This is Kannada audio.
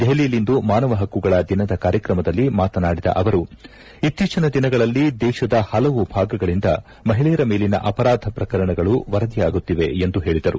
ದೆಹಲಿಯಲ್ಲಿಂದು ಮಾನವ ಪಕ್ಕುಗಳ ದಿನದ ಕಾರ್ಯಕ್ರಮದಲ್ಲಿ ಮಾತನಾಡಿದ ಅವರು ಇತ್ತೀಚಿನ ದಿನಗಳಲ್ಲಿ ದೇಶದ ಹಲವು ಭಾಗಗಳಿಂದ ಮಹಿಳೆಯರ ಮೇಲಿನ ಅಪರಾಧ ಪ್ರಕರಣಗಳು ವರದಿಯಾಗುತ್ತಿವೆ ಎಂದು ಹೇಳಿದರು